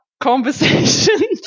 conversation